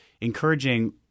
encouraging